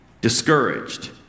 discouraged